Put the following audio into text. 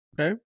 Okay